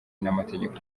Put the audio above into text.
n’amategeko